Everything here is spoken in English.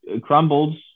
crumbled